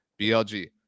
BLG